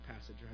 passage